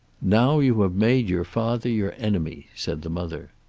now you have made your father your enemy, said the mother.